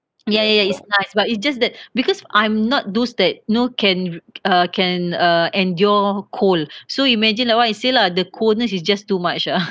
ya ya it's nice but it's just that because I'm not those that know can uh can uh endure cold so imagine like what I say lah the coldness is just too much ah